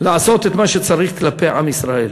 לעשות את מה שצריך כלפי עם ישראל,